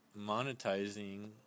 monetizing